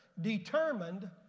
determined